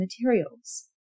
materials